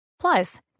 Plus